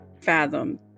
fathom